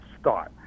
start